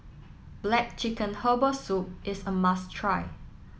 Black Chicken Herbal Soup is a must try